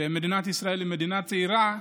של מדינת ישראל, שהיא מדינה צעירה.